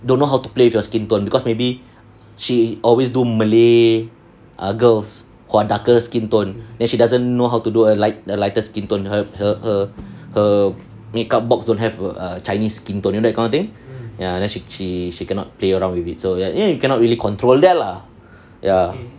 don't know how to play with your skin tone because maybe she always do malay girls who are darker skin tone then she doesn't know how to do a light the lighter skin tone her her her her makeup box don't have err chinese skin tone you know that kind of thing ya then she she she cannot play around with it so ya you cannot really control like that lah ya